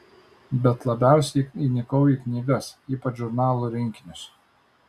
bet labiausiai įnikau į knygas ypač žurnalų rinkinius